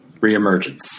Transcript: reemergence